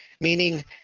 Meaning